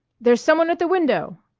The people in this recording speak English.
there's some one at the window!